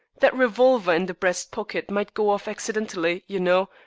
that revolver in the breast pocket might go off accidentally, you know.